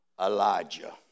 Elijah